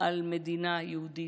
על מדינה יהודית,